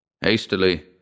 Hastily